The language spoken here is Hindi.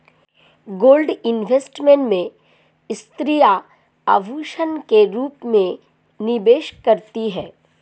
गोल्ड इन्वेस्टमेंट में स्त्रियां आभूषण के रूप में निवेश करती हैं